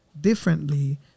differently